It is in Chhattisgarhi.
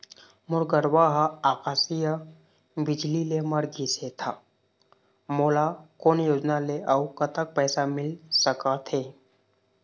मोर गरवा हा आकसीय बिजली ले मर गिस हे था मोला कोन योजना ले अऊ कतक पैसा मिल सका थे?